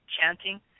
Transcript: chanting